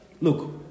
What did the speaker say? Look